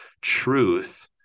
truth